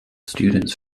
students